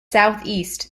southeast